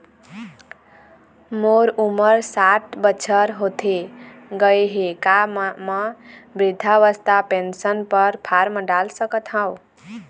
मोर उमर साठ बछर होथे गए हे का म वृद्धावस्था पेंशन पर फार्म डाल सकत हंव?